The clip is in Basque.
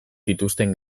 dituzten